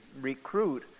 recruit